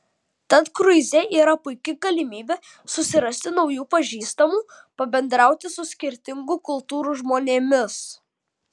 tad kruize yra puiki galimybė susirasti naujų pažįstamų pabendrauti su skirtingų kultūrų žmonėmis